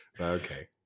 Okay